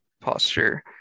posture